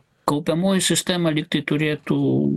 kaupiamoji sistema lygtai turėtų